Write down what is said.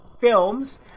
Films